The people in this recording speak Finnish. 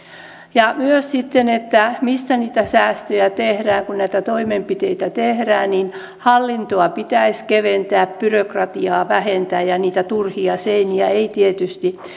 ja myös se mistä niitä säästöjä tehdään kun näitä toimenpiteitä tehdään hallintoa pitäisi keventää byrokratiaa vähentää ja niitä turhia seiniä ei tietysti